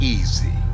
easy